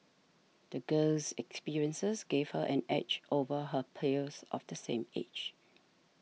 the girl's experiences gave her an edge over her peers of the same age